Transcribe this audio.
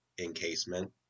encasement